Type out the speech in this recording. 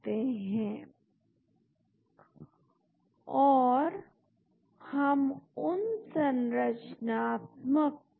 तो आप इस भाग को बदल सकते हैं इस प्रकार के लिंकर्ज के द्वारा जब आप ऐसा करते हैं तो आपको नई संभावित संरचनाएं मिलती हैं